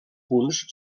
punts